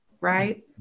Right